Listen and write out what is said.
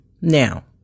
Now